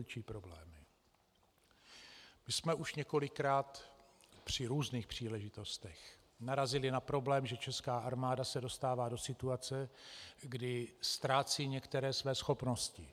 My jsme už několikrát při různých příležitostech narazili na problém, že česká armáda se dostává do situace, kdy ztrácí některé své schopnosti.